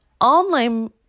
Online